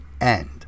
end